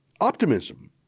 optimism